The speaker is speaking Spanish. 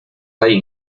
hay